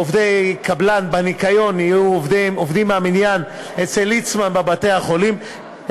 עובדי קבלן בניקיון יהיו עובדים מהמניין אצל ליצמן בבתי-החולים,